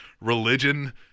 religion